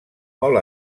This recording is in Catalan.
molt